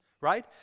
Right